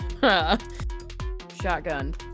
shotgun